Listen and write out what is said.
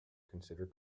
consider